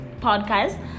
podcast